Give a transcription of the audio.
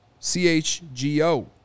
CHGO